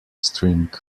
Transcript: string